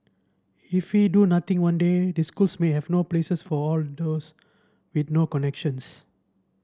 if we do nothing one day these schools may have no places for all the those with no connections